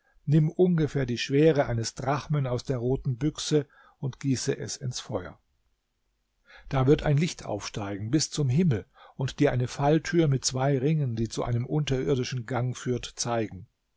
nimm ungefähr die schwere eines drachmen aus der roten büchse und gieße es ins feuer da wird ein licht aufsteigen bis zum himmel und dir eine falltür mit zwei ringen die zu einem unterirdischen gang führt zeigen